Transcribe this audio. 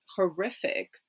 horrific